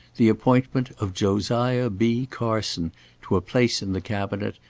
the appointment of josiah b. carson to a place in the cabinet,